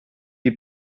die